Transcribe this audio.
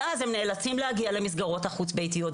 ואז הם נאלצים להגיע למסגרות החוץ ביתיות,